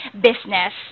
business